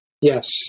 yes